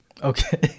Okay